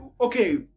okay